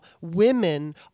women